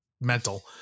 mental